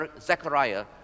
Zechariah